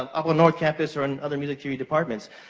up on north campus or in other music theory departments.